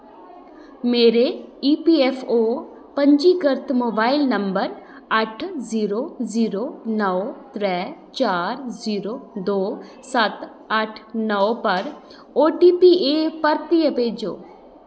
मेरे ईपीऐफ्फओ पंजीकृत mobile number अट्ठ जीरो जीरो नौ त्रै चार जीरो दो सत्त अट्ठ नौ पर ओटीपी ऐ परतियै भेजो